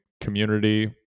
community